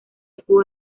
actuó